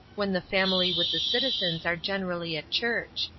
when the family with the citizens are generally at church.